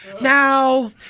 Now